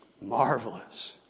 marvelous